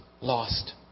lost